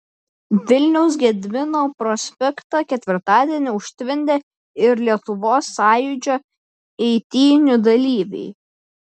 vilniaus gedimino prospektą ketvirtadienį užtvindė ir lietuvos sąjūdžio eitynių dalyviai